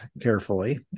carefully